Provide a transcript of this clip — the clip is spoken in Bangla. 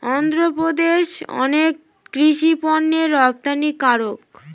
অন্ধ্রপ্রদেশ অনেক কৃষি পণ্যের রপ্তানিকারক